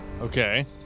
Okay